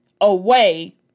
away